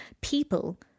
people